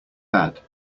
bad